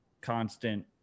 constant